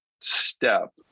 step